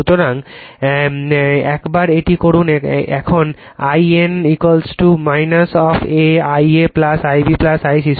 সুতরাং একবার এটি করুন এখন I n of I a I b I c